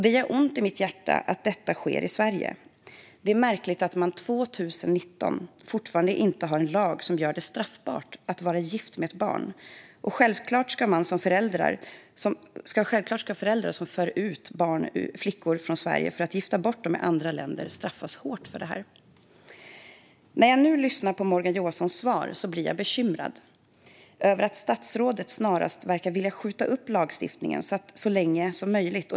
Det gör ont i mitt hjärta att detta sker i Sverige. Det är märkligt att vi 2019 fortfarande inte har en lag som gör det straffbart att vara gift med ett barn. Självklart ska föräldrar som för ut flickor ur Sverige för att gifta bort dem i andra länder straffas hårt för det. När jag nu lyssnar på Morgan Johanssons svar blir jag bekymrad över att statsrådet snarast verkar vilja skjuta upp lagstiftningen så länge som möjligt.